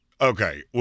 Okay